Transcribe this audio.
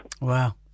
wow